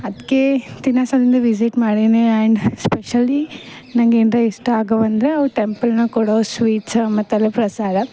ಅದ್ಕೆ ತಿನ್ನೋಸಲಿಂದ ವಿಸಿಟ್ ಮಾಡೀನಿ ಆ್ಯಂಡ್ ಸ್ಪೆಶಲಿ ನಂಗೆ ಏನರ ಇಷ್ಟ ಆಗವಂದ್ರೆ ಅವು ಟೆಂಪಲ್ನಾಗ ಕೊಡೋ ಸ್ವೀಟ್ಸು ಮತ್ತಲ್ಲಿ ಪ್ರಸಾದ